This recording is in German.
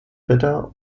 widder